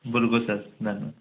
बिल्कुल सर धन्यवाद